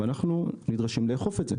ואנחנו נדרשים לאכוף את זה,